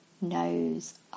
knows